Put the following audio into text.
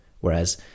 Whereas